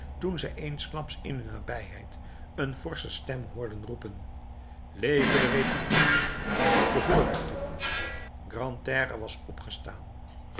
toen zij eensklaps in hun nabijheid een forsche stem hoorden roepen leve de republiek ik behoor er toe grantaire was opgestaan